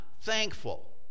thankful